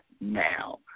now